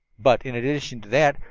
but, in addition to that,